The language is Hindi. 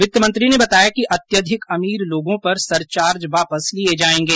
वित्तमंत्री ने बताया कि अत्यधिक अमीर लोगों पर सरचार्ज वापस लिए जाएंगे